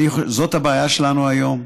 זאת הבעיה שלנו היום?